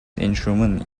instrument